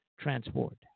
transport